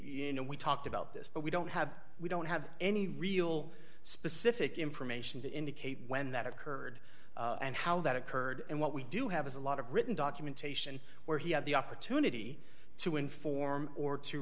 you know we talked about this but we don't have we don't have any real specific information to indicate when that occurred and how that occurred and what we do have is a lot of written documentation where he had the opportunity to inform or to